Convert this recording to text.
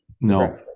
No